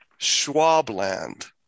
Schwabland